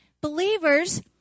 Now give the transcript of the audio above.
believers